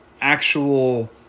actual